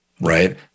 right